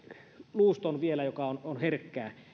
luuston joka on vielä herkkää